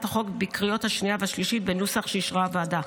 החוק בקריאות השנייה והשלישית בנוסח שאישרה הוועדה.